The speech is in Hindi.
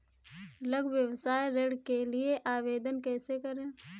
लघु व्यवसाय ऋण के लिए आवेदन कैसे करें?